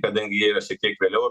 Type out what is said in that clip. kadangi jie yra šiek tiek vėliau